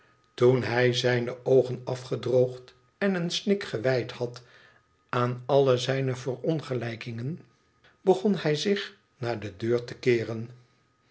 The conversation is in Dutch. toen hij zijne oogen afgedroogd en een snik gewijd had aan al zijne verongelijkingen begon hij zich naar de deur te keeren